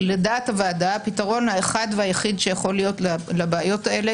לדעת הוועדה הפתרון האחד והיחיד שיכול להיות לבעיות האלה,